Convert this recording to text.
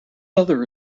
other